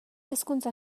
hezkuntza